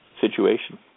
situation